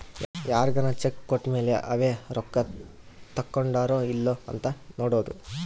ಯಾರ್ಗನ ಚೆಕ್ ಕೋಟ್ಮೇಲೇ ಅವೆ ರೊಕ್ಕ ತಕ್ಕೊಂಡಾರೊ ಇಲ್ಲೊ ಅಂತ ನೋಡೋದು